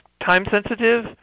time-sensitive